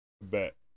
bet